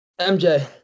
MJ